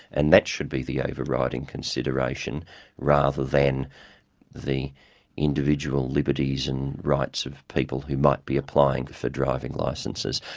and that should be the overriding consideration rather than the individual liberties and rights of people who might be applying for driving licences.